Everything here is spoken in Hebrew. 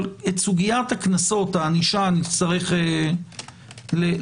את סוגית הקנסות, הענישה נצטרך לטייב.